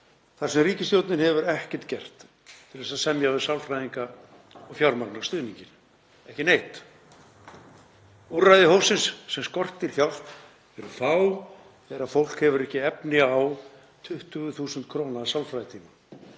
þar sem ríkisstjórnin hefur ekkert gert til að semja við sálfræðinga og fjármagna stuðninginn, ekki neitt. Úrræði hópsins sem skortir hjálp eru fá þegar fólk hefur ekki efni á 20.000 kr. sálfræðitíma.